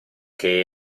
che